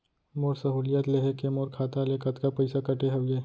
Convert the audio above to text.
मोर सहुलियत लेहे के मोर खाता ले कतका पइसा कटे हवये?